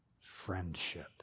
friendship